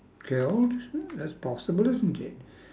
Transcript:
killed that's possible isn't it